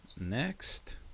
Next